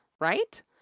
Right